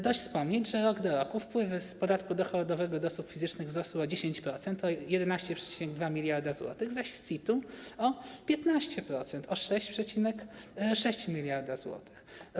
Dość wspomnieć, że rok do roku wpływy z podatku dochodowego od osób fizycznych wzrosły o 10%, to 11,2 mld zł, zaś z CIT-u o 15%, o 6,6 mld zł.